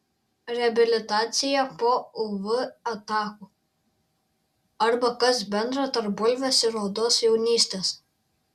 reabilitacija po uv atakų arba kas bendra tarp bulvės ir odos jaunystės